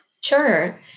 Sure